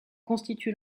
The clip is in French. constitue